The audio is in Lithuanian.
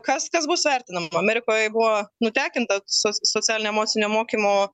kas kas bus vertinama amerikoj buvo nutekinta soc socialinio emocinio mokymo